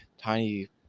Tiny